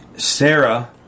Sarah